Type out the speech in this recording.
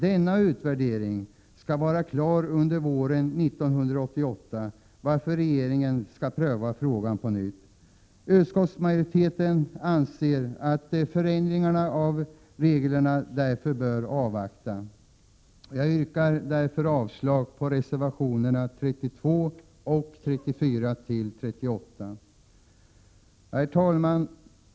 Denna utvärdering skall vara klar under våren 1988, varefter regeringen skall pröva frågan på nytt. Utskottsmajoriteten anser att förändringarna av reglerna därför bör anstå. Jag yrkar därför avslag på reservationerna 32 och 34-38. Herr talman!